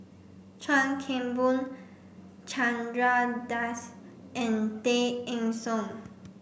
Chuan Keng Boon Chandra Das and Tay Eng Soon